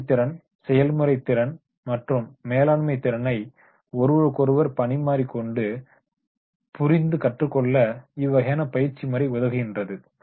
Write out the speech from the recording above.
உற்பத்தி திறன் செயல்முறை திறன் மற்றும் மேலாண்மை திறனை ஒருவருக்கொருவர் பரிமாறிக்கொண்டு புரிந்து கற்றுக்கொள்ள இவ்வகையான பயிற்சி முறை உதவுகின்றது